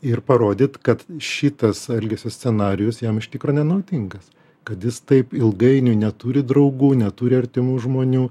ir parodyt kad šitas elgesio scenarijus jam iš tikro nenaudingas kad jis taip ilgainiui neturi draugų neturi artimų žmonių